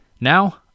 Now